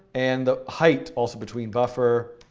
and the height also between buffer